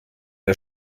der